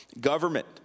government